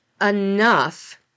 enough